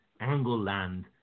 Angleland